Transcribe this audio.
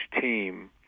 team